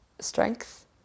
strength